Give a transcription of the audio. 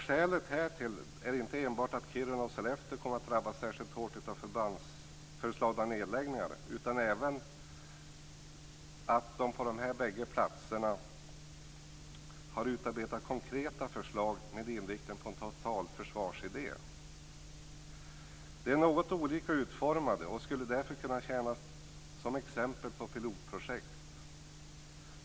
Skälet härtill är inte enbart att Kiruna och Sollefteå kommer att drabbas särskilt hårt av föreslagna nedläggningar utan även att man på de bägge platserna utarbetat konkreta förslag med inriktning på en totalförsvarsidé. De är något olika utformade och skulle därför kunna tjäna som exempel på pilotprojekt.